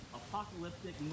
apocalyptic